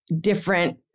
different